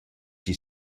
chi